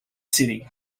city